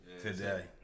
today